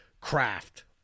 craft